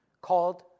called